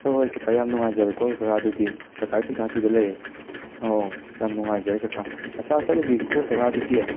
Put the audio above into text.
ꯍꯣꯏ ꯍꯣꯏ ꯀꯀꯥ ꯌꯥꯝꯅ ꯅꯨꯡꯉꯥꯏꯖꯔꯦꯀꯣ ꯀꯀꯥ ꯑꯗꯨꯗꯤ ꯀꯀꯥꯒꯤ ꯄꯩꯁꯥ ꯁꯤꯗ ꯂꯩꯔꯦ ꯑꯍꯣꯏ ꯌꯥꯝ ꯅꯨꯉꯥꯏꯖꯔꯦ ꯀꯀꯥ ꯅꯆꯥ ꯆꯠꯂꯨꯈꯤꯒꯦꯀꯣ ꯀꯀꯥ ꯑꯗꯨꯗꯤ